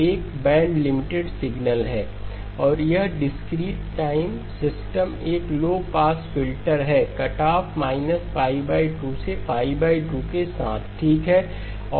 यह एक band limited signal है और डिस्क्रीट टाइम सिस्टम एक लो पास फिल्टरहै कट ऑफ 2 से 2 के साथ ठीक है